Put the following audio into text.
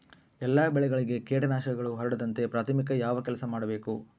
ಎಲ್ಲ ಬೆಳೆಗಳಿಗೆ ಕೇಟನಾಶಕಗಳು ಹರಡದಂತೆ ಪ್ರಾಥಮಿಕ ಯಾವ ಕೆಲಸ ಮಾಡಬೇಕು?